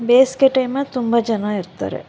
ಬೇಸಿಗೆ ಟೈಮಲ್ಲಿ ತುಂಬ ಜನ ಇರ್ತಾರೆ